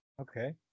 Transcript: Okay